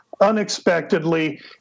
Unexpectedly